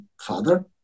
father